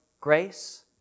grace